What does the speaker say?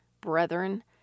brethren